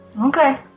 Okay